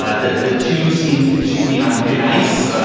ah the the two seem to be on thin ice.